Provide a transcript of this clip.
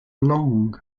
long